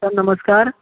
sir नमस्कार